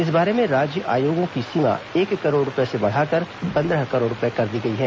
इस बारे में राज्य आयोगों की सीमा एक करोड रुपये से बढ़ाकर पंद्रह करोड़ रुपये कर दी गई है